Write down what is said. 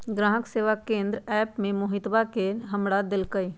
ग्राहक सेवा केंद्र के नंबर एप्प से मोहितवा ने हमरा देल कई